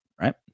Right